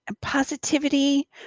Positivity